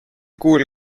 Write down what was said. kuul